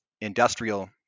industrial